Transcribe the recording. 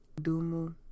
Dumu